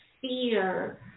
fear